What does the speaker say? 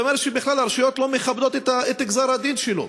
זה אומר שבכלל הרשויות לא מכבדות את גזר-הדין שלו.